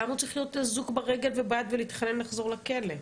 למה הוא צריך להיות אזוק ברגל וביד ולהתחנן לחזור לכלא?